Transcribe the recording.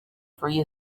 free